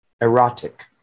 erotic